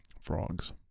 frogs